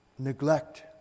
neglect